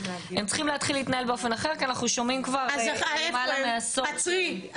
כי אנחנו שומעים כבר למעלה מעשור --- עצרי,